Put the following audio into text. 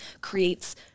creates